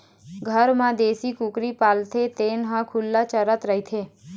घर म देशी कुकरी पालथे तेन ह खुल्ला चरत रहिथे